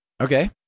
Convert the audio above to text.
Okay